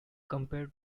compared